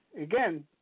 again